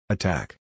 Attack